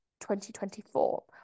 2024